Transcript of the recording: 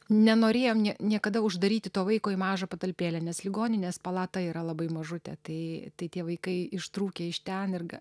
nenorėjom nie niekada uždaryti to vaiko į mažą patalpėlę nes ligoninės palata yra labai mažutė tai tai tie vaikai ištrūkę iš ten irgi